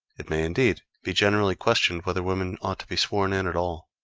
it may, indeed, be generally questioned whether women ought to be sworn in at all.